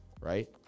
right